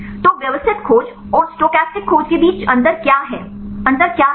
तो व्यवस्थित खोज और स्टोकेस्टिक खोज के बीच अंतर क्या हैं अंतर क्या हैं